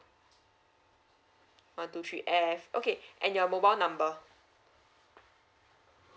one two three F okay and your mobile number